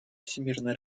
всемирной